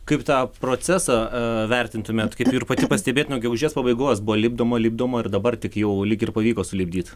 kaip tą procesą vertintumėt kaip ir pati pastebėjot nuo gegužės pabaigos buvo lipdoma lipdoma ir dabar tik jau lyg ir pavyko sulipdyt